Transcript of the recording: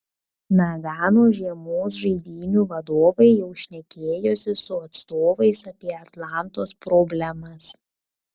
nagano žiemos žaidynių vadovai jau šnekėjosi su atstovais apie atlantos problemas